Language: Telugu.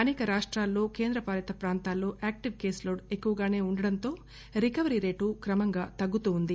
అసేక రాష్టాల్లో కేంద్ర పాలిత ప్రాంతాల్లో యాక్టివ్ కేసు లోడ్ ఎక్కువగాసే ఉండడంతో రికవరీ రేటు క్రమంగా తగ్గుతూనే ఉంది